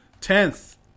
Tenth